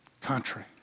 Country